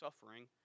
suffering